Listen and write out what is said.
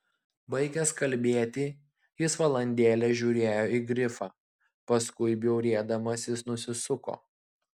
baigęs kalbėti jis valandėlę žiūrėjo į grifą paskui bjaurėdamasis nusisuko